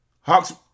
Hawks